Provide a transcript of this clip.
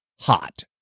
hot